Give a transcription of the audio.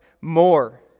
more